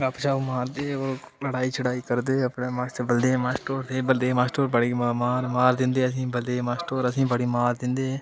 गपशप मारदे लड़ाई शड़ाई करदे अपने मास्टर बलदेव मास्टर होर हे बलदेब मास्टर होर बड़ी मार मार दिंदे हे असें गी बलदेव मास्टर होर असें ई बड़ी मार दिंदे हे